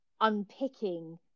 unpicking